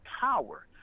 power